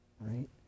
Right